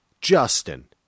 Justin